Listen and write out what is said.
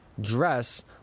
dress